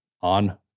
on